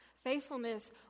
Faithfulness